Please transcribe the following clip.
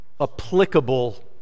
applicable